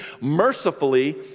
mercifully